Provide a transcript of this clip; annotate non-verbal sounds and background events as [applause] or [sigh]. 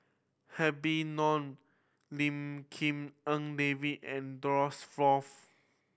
Habib Noh Lim [unintelligible] En David and Douglas Foo